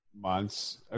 months